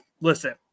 listen